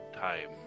time